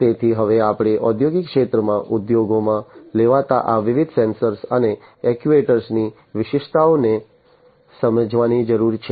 તેથી હવે આપણે ઔદ્યોગિક ક્ષેત્રમાં ઉપયોગમાં લેવાતા આ વિવિધ સેન્સર્સ અને એક્ટ્યુએટર્સની વિશિષ્ટતાઓને સમજવાની જરૂર છે